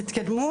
תכנית